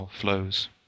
flows